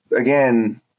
again